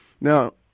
Now